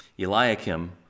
Eliakim